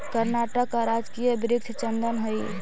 कर्नाटक का राजकीय वृक्ष चंदन हई